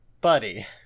buddy